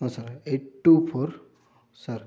ହଁ sir eight two four sir